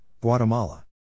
Guatemala